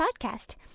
podcast